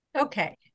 Okay